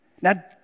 Now